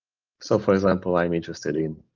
so for example, i am interested in,